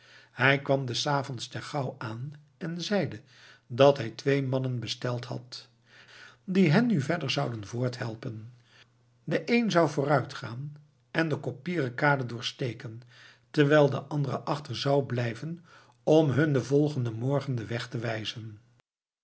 hij kwam des avonds te ter gouw aan en zeide dat hij twee mannen besteld had die hen nu verder zouden voorthelpen de een zou vooruitgaan en de koppieren kade doorsteken terwijl de andere achter zou blijven om hun den volgenden morgen den weg te wijzen